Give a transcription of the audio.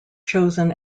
chosen